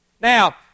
Now